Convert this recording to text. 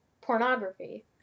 pornography